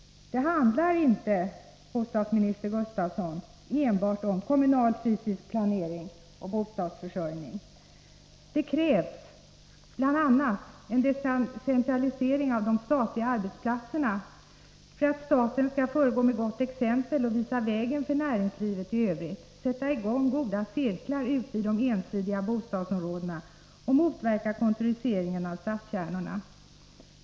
Det handlar inte enbart om kommunal fysisk planering och bostadsförsörjning, bostadsminister Gustafsson. Det krävs bl.a. en decentralisering av de statliga arbetsplatserna för att staten skall föregå med gott exempel och visa vägen för näringslivet i övrigt, sätta i gång goda cirklar ute i de ensidiga bostadsområdena och motverka kontoriseringen av stadskärnorna.